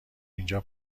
اینجا